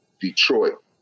Detroit